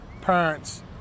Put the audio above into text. parents